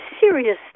serious